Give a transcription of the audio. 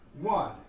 One